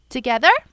Together